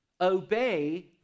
obey